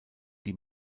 die